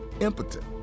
impotent